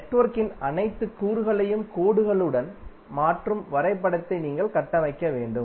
நெட்வொர்க்கின் அனைத்து கூறுகளையும் கோடுகளுடன் மாற்றும் வரைபடத்தை நீங்கள் கட்டமைக்க வேண்டும்